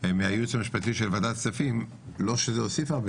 מהייעוץ המשפטי של ועדת הכספים כי אני לא חושב שזה הוסיף הרבה